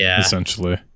essentially